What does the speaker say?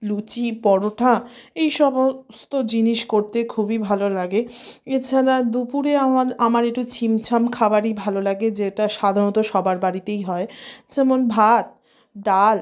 লুচি পরোটা এই সমস্ত জিনিস করতে খুবই ভালো লাগে এছাড়া দুপুরে আমার আমার একটু ছিমছাম খাবারই ভালো লাগে যেটা সাধারণত সবার বাড়িতেই হয় যেমন ভাত ডাল